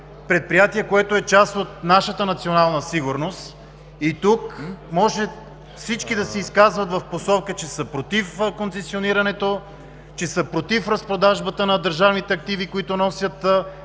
предприятие, което е част от нашата национална сигурност! Тук може всички да се изказват в посока, че са против концесионирането, че са против разпродажбата на държавните активи, които носят